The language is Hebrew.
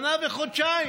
שנה וחודשיים.